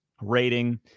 rating